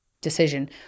decision